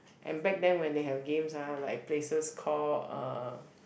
and back then when they have games ah like places call uh